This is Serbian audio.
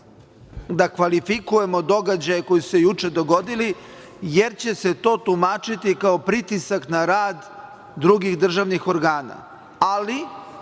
da kvalifikujemo događaje koji su se juče dogodili, jer će se to tumačiti kao pritisak na rad drugih državnih organa,